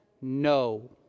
no